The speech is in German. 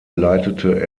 leitete